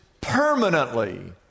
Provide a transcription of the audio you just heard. permanently